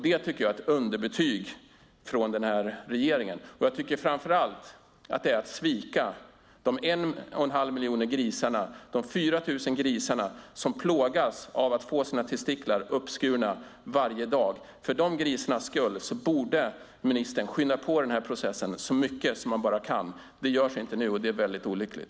Det tycker jag är ett underbetyg till regeringen, och framför allt är det att svika de 4 000 grisar som plågas av att få sina testiklar uppskurna varje dag. För dessa grisars skull borde ministern skynda på den här processen så mycket som han bara kan. Det görs inte nu, och det är väldigt olyckligt.